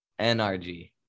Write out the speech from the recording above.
nrg